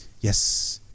yes